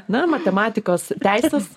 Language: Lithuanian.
na matematikos teisės